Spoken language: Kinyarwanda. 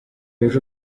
yuje